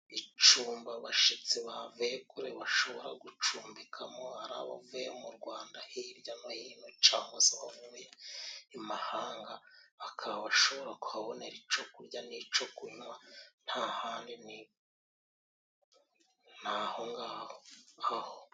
Icumba abashitsi bavuye kure bashobora gucumbikamo ari abavuye mu Rwanda hirya no hino cangwa se bavuye i Mahanga, akaba ashobora kuhabonera ico kurya n'ico kunywa nta handi ni naho ngaho, aho.